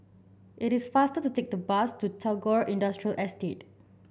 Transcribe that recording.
it is faster to take the bus to Tagore Industrial Estate